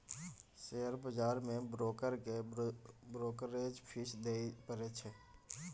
share बजार मे broker केँ ब्रोकरेज फीस दियै परै छै